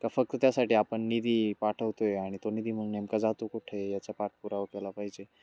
का फक्त त्यासाठी आपण निधी पाठवतो आहे आणि तो निधी मग नेमका जातो कुठे याचा पाठ पुरावा केला पाहिजे